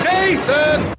Jason